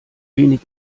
wenig